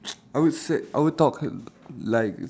I would said I would talk like